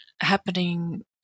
happening